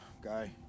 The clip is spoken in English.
guy